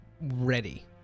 ready